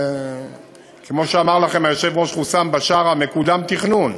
כמו שאמר לכם היושב-ראש חוסאם בשארה, מקודם תכנון.